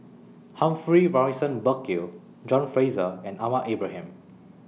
Humphrey Morrison Burkill John Fraser and Ahmad Ibrahim